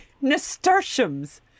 Nasturtiums